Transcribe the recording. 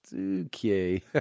okay